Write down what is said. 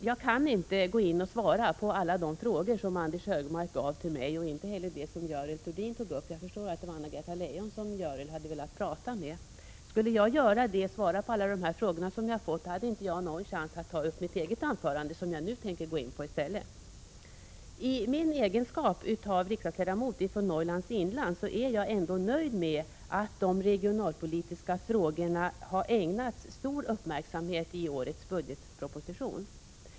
Jag kan inte gå in och svara på alla de frågor som Anders G Högmark ställde till mig och inte heller på det som Görel Thurdin tog upp. Jag förstår att det var Anna-Greta Leijon som Görel Thurdin skulle ha velat diskutera med. Om jag skulle svara på alla dessa frågor, skulle jag inte ha någon chans att hålla mitt eget anförande, vilket jag nu tänker gå in på i stället. I min egenskap av riksdagsledamot från Norrlands inland är jag nöjd med att de regionalpolitiska frågorna har ägnats stor uppmärksamhet i årets budgetproposition.